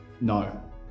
no